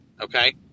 Okay